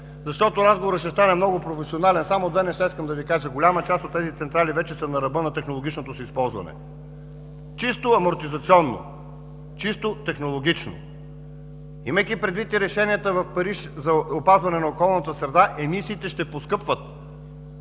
защото разговорът ще стане много професионален. Само две неща искам да Ви кажа. Голяма част от тези централи вече са на ръба на технологичното си използване –чисто амортизационно, чисто технологично. Имайки предвид и решенията в Париж за опазване на околната среда, емисиите ще поскъпват.